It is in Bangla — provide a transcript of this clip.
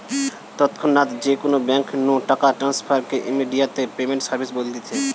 তৎক্ষণাৎ যে কোনো বেঙ্ক নু টাকা ট্রান্সফার কে ইমেডিয়াতে পেমেন্ট সার্ভিস বলতিছে